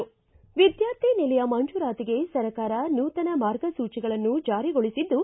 ವಿದ್ಯಾರ್ಥಿ ನಿಲಯ ಮಂಜೂರಾತಿಗೆ ಸರ್ಕಾರ ನೂತನ ಮಾರ್ಗಸೂಚಿಗಳನ್ನು ಜಾರಿಗೊಳಿಸಿದ್ದು